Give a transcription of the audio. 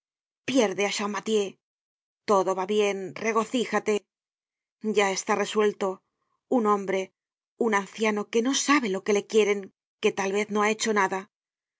pierde á champmathieu todo va bien regocíjate ya está resuelto un hombre un anciano que no sabe lo que le quieren que tal vez no ha hecho nada